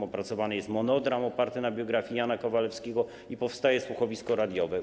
Opracowany jest monodram oparty na biografii Jana Kowalewskiego i powstaje słuchowisko radiowe.